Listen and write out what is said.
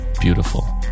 beautiful